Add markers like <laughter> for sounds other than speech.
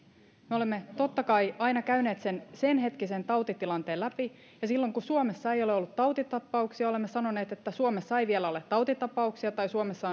me olemme totta kai aina käyneet senhetkisen tautitilanteen läpi ja silloin kun suomessa ei ole ollut tautitapauksia olemme sanoneet että suomessa ei vielä ole tautitapauksia tai suomessa <unintelligible>